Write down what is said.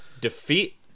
defeat